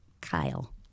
Kyle